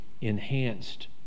enhanced